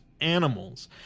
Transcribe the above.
animals